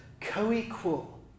co-equal